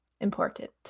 important